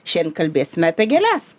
šiandien kalbėsime apie gėles